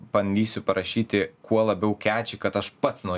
bandysiu parašyti kuo labiau keči kad aš pats nuo